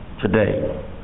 today